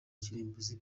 kirimbuzi